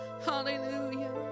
Hallelujah